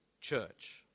church